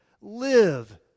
live